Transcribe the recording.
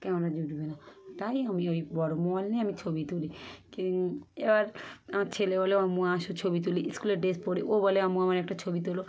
camera জুটবে না তাই আমি ওই বড় মোবাইল নিয়ে আমি ছবি তুলি কী এবার আমার ছেলে বলে ও আম্মু আসো ছবি তুলি স্কুলের ড্রেস পরে ও বলে আম্মু আমার একটা ছবি তোলো